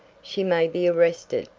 she may be arrested.